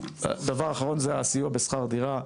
דבר אחרון זה הסיוע בשכר דירה,